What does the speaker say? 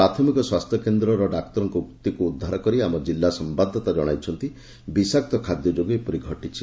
ପ୍ରାଥମିକ ସ୍ୱାସ୍ଥ୍ୟକେନ୍ଦରର ଡାକ୍ତରଙ୍କ ଉକ୍ତିକୁ ଉଦ୍ଧାର କରି ଆମ ଜିଲ୍ଲା ସମ୍ୟାଦଦାତା ଜଣାଇଛନ୍ତି ବିଷାକ୍ତ ଖାଦ୍ୟ ଯୋଗୁଁ ଏପରି ଘଟିଛି